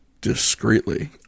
discreetly